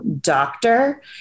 Doctor